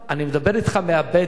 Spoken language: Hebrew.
אני מדבר אתך מהבטן,